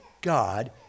God